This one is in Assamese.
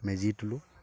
মেজি তোলোঁ